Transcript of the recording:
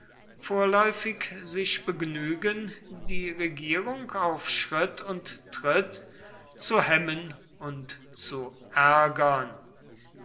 vorläufig sich begnügen die regierung auf schritt und tritt zu hemmen und zu ärgern